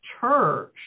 church